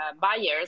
buyers